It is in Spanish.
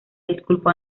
disculpó